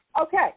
Okay